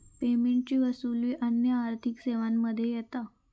पेमेंटची वसूली अन्य आर्थिक सेवांमध्ये येता